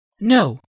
No